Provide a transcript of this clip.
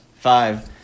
Five